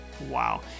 Wow